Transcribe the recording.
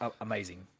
amazing